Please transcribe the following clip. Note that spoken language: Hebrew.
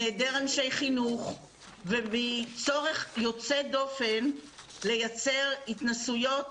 מהיעדר אנשי חינוך ומצורך יוצא דופן לייצר התנסויות